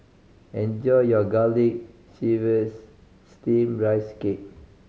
enjoy your Garlic Chives Steamed Rice Cake